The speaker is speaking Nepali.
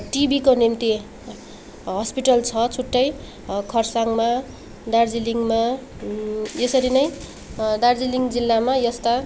टिभीको निम्ति हस्पिटल छ छुट्टै खरसाङमा दार्जिलिङमा यसरी नै दार्जिलिङ जिल्लामा यस्ता